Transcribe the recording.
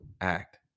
act